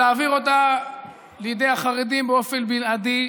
להעביר אותה לידי החרדים באופן בלעדי,